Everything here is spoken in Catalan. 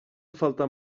faltat